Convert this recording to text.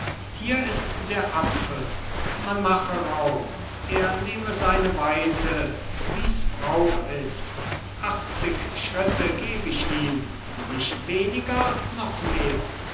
hier ist der apfel man mache raum er nehme seine weite wie's brauch ist achtzig schritte geb ich ihm nicht weniger noch mehr